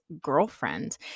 girlfriend